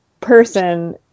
person